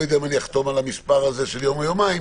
לא יודע אם אני אחתום על המספר הזה של יום או יומיים,